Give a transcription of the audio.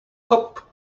hop